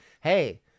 Hey